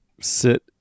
sit